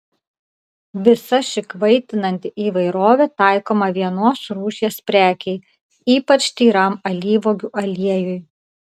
visa ši kvaitinanti įvairovė taikoma vienos rūšies prekei ypač tyram alyvuogių aliejui